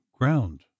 ground